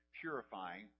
purifying